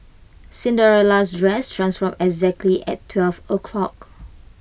Cinderella's dress transformed exactly at twelve o'clock